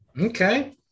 Okay